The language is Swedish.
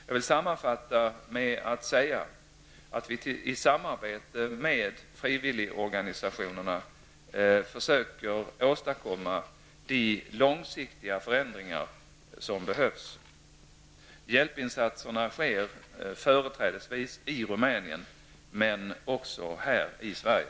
Jag vill sammanfatta med att säga att vi i samarbete med frivilligorganisationerna försöker åstadkomma de långsiktiga förändringar som behövs. Hjälpinsatserna sker företrädesvis i Rumänien, men också här i Sverige.